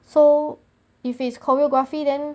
so if it's choreography then